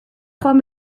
joan